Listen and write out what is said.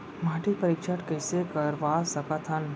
माटी परीक्षण कइसे करवा सकत हन?